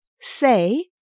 Say